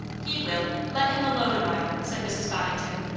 he will let him alone a while, said mrs. boddington.